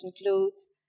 includes